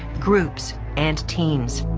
groups and teens.